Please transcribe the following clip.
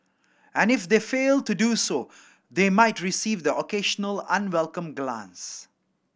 and if they fail to do so they might receive the occasional unwelcome glance